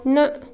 نہَ